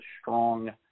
strong